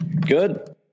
Good